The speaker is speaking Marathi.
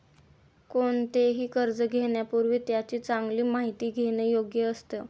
कोणतेही कर्ज घेण्यापूर्वी त्याची चांगली माहिती घेणे योग्य असतं